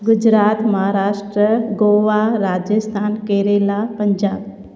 Gujarat Maharashtra Goa Rajasthan Kerala Punjab